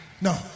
No